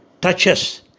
touches